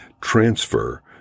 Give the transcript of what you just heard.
transfer